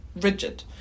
rigid